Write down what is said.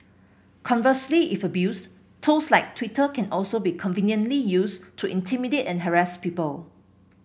conversely if abused tools like Twitter can also be conveniently used to intimidate and harass people